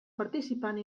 participant